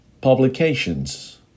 Publications